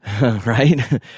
right